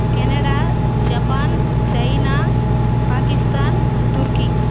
Canada Japan China Pakistan turkey